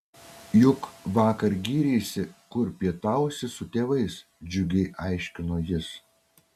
juk vakar gyreisi kur pietausi su tėvais džiugiai aiškino jis